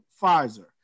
pfizer